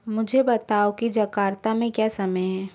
मुझे बताओ कि जकार्ता में क्या समय है